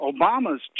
Obama's